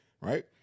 right